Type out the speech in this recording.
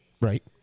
Right